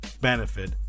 benefit